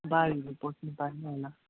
बाढीहरू पस्नु पाएन होला